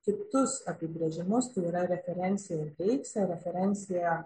kitus apibrėžimus tai yra referencija ir deiksė referencija